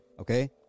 Okay